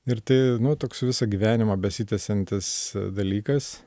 ir tai nu toks visą gyvenimą besitęsiantis dalykas